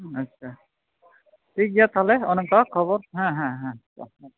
ᱟᱪᱷᱟ ᱴᱷᱤᱠ ᱜᱮᱭᱟ ᱛᱟᱦᱚᱞᱮ ᱚᱱᱮ ᱚᱱᱠᱟ ᱠᱷᱚᱵᱚᱨ ᱦᱮᱸ ᱦᱮᱸ